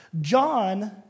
John